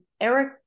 Eric